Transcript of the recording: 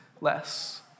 less